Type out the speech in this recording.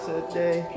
today